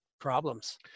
problems